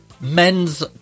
Men's